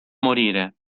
morire